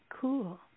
cool